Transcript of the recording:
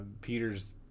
Peter's